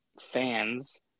fans